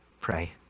pray